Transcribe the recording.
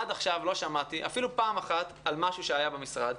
עד עכשיו לא שמעתי אפילו פעם אחת על משהו שהיה במשרד.